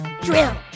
Drill